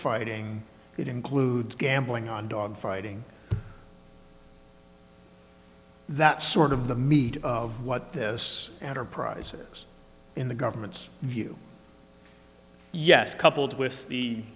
fighting it includes gambling on dog fighting that sort of the meat of what this matter prizes in the government's view yes coupled with the